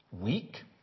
Weak